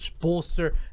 bolster